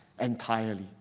entirely